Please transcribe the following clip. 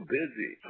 busy